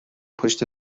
پشت